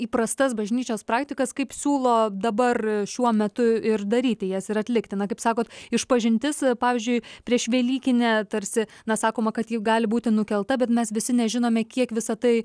įprastas bažnyčios praktikas kaip siūlo dabar šiuo metu ir daryti jas ir atlikti na kaip sakote išpažintis pavyzdžiui prieš velykinę tarsi na sakoma kad ji gali būti nukelta bet mes visi nežinome kiek visa tai